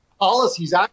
Policies